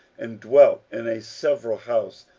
and dwelt in a several house,